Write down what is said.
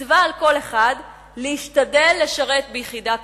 מצווה על כל אחד להשתדל לשרת ביחידה קרבית".